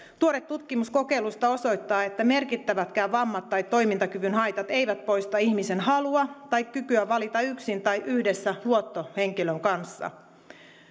tuore tutkimus kokeilusta osoittaa että merkittävätkään vammat tai toimintakyvyn haitat eivät poista ihmisen halua tai kykyä valita yksin tai yhdessä luottohenkilön kanssa